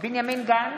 בנימין גנץ,